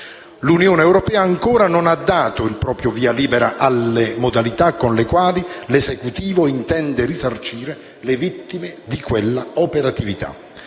L'Unione europea ancora non ha dato il proprio via libera alle modalità con le quali l'Esecutivo intende risarcire le vittime di quella operatività